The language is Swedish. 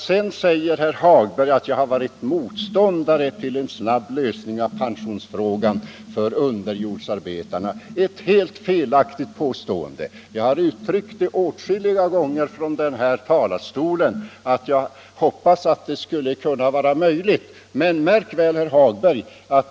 Sedan säger herr Hagberg att jag har varit motståndare till en snabb lösning av pensionsfrågan för underjordsarbetarna. Det är ett helt felaktigt påstående. Jag har sagt åtskilliga gånger från denna talarstol att jag hoppas att det skall kunna vara möjligt att snabbt lösa den frågan.